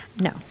No